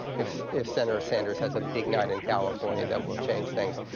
if if senator sanders has a big night in california, that will change things.